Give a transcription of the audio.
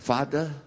Father